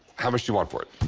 how much do you want for it?